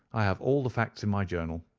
i have all the facts in my journal,